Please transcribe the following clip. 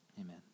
Amen